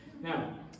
Now